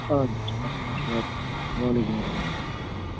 اَدٕ حظ اَدٕ حظ اَدٕ حظ وعلیکُم اسلام